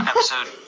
Episode